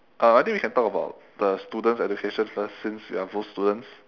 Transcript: uh I think we can talk about the students education first since we are both students